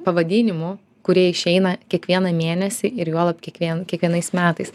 pavadinimų kurie išeina kiekvieną mėnesį ir juolab kiekvien kiekvienais metais